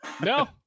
No